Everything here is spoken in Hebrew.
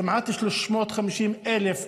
כמעט 350,000,